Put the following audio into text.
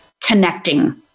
connecting